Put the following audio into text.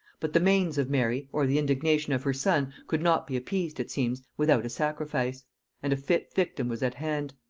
but the manes of mary, or the indignation of her son, could not be appeased, it seems, without a sacrifice and a fit victim was at hand.